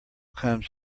comes